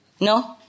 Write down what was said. No